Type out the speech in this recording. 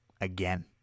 again